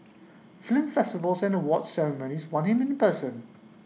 film festivals and awards ceremonies want him in person